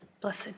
blessed